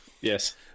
Yes